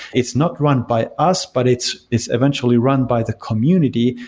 it's not run by us, but it's it's eventually run by the community.